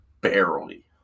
Barely